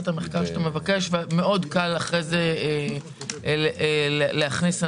המחקר שאתה מבקש וקל מאוד אחרי כן להכניס מסקנות,